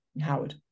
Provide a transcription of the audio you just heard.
Howard